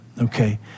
okay